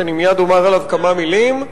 שאני מייד אומר עליו כמה מלים,